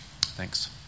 Thanks